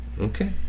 Okay